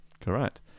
Correct